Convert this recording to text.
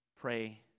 pray